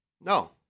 No